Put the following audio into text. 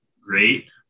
great